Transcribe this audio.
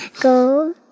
go